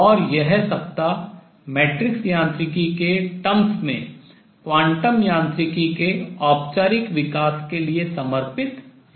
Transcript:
और यह सप्ताह मैट्रिक्स यांत्रिकी के terms पदों में क्वांटम यांत्रिकी के औपचारिक विकास के लिए समर्पित रहा है